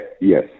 Yes